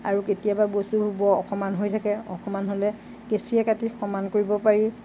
আৰু কেতিয়াবা বস্তুবোৰ বৰ অসমান হৈ থাকে অসমান হ'লে কেঁচিৰে কাটি সমান কৰিব পাৰি